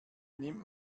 nimmt